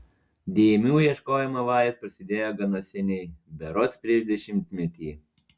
dėmių ieškojimo vajus prasidėjo gana seniai berods prieš dešimtmetį